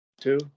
Two